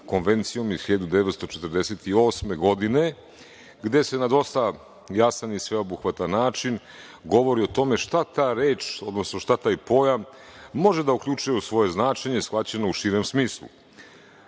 Konvencijom iz 1948. godine, gde se na dosta jasan i sveobuhvatan način govori o tome šta ta reč, odnosno šta taj pojam može da uključuje u svoje značenje shvaćeno u širem smislu. To